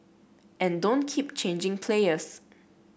and don't keep changing players